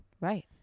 right